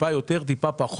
טיפה יותר או פחות,